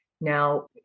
now